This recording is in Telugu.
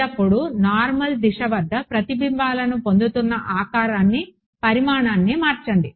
ఎల్లప్పుడూ నార్మల్ దిశ వద్ద ప్రతిబింబాలను పొందుతున్న ఆకారాన్ని పరిమాణాన్ని మార్చండి